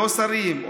לא שרים,